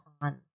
on